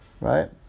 Right